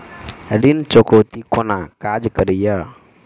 ऋण चुकौती कोना काज करे ये?